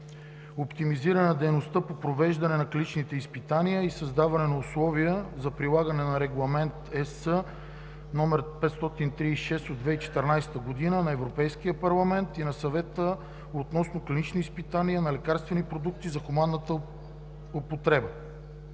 Оптимизиране на дейността по провеждане на клинични изпитвания и създаване на условия за прилагане на Регламент (ЕС) № 536/2014 на Европейския парламент и на Съвета относно клиничните изпитвания на лекарствени продукти за хуманна употреба.